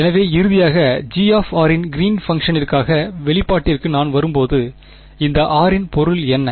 எனவே இறுதியாக G இன் கிறீன் பங்க்ஷனிற்கான வெளிப்பாட்டிற்கு நான் வரும்போது இந்த r இன் பொருள் என்ன